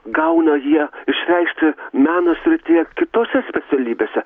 gauna jie išleisti meno srityje kitose specialybėse